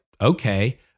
okay